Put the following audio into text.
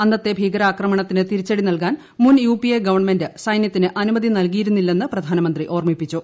അന്നത്തെ ഭീകരാക്രണത്തിന് തിരിച്ചടി നൽകാൻ മുൻ യുപിഎ ഗവൺമെന്റ് സൈന്യത്തിന് അനുമതി നൽകിയിരുന്നില്ലെന്ന് പ്രധാനമന്ത്രി ഓർ മ്മിപ്പിച്ചു